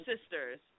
sisters